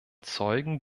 zeugen